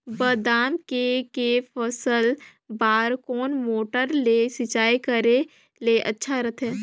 बादाम के के फसल बार कोन मोटर ले सिंचाई करे ले अच्छा रथे?